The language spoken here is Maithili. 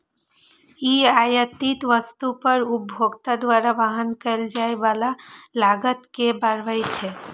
ई आयातित वस्तु पर उपभोक्ता द्वारा वहन कैल जाइ बला लागत कें बढ़बै छै